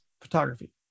photography